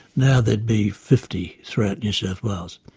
now there'd be fifty throughout new south wales.